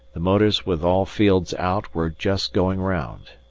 the motors with all fields out were just going round.